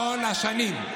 כל השנים,